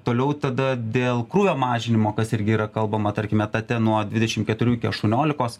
toliau tada dėl krūvio mažinimo kas irgi yra kalbama tarkime etate nuo dvidešimt keturių iki aštuoniolikos